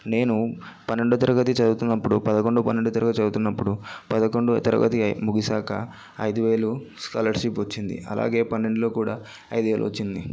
నేను పన్నెండో తరగతి చదువుతున్నప్పుడు పదకొండు పన్నెండు తరగతి చదువుతున్నప్పుడు పదకొండో తరగతి ముగిసాక ఐదు వేలు స్కాలర్షిప్ వచ్చింది అలాగే పన్నెండులో కూడా ఐదు వేలు వచ్చింది